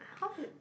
how it